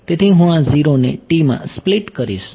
તેથી હું આ 0 ને t માં સ્પ્લીટ કરીશ